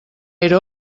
era